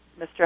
Mr